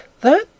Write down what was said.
That